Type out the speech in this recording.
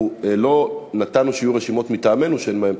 אנחנו לא נתנו שיהיו רשימות מטעמנו שאין בהן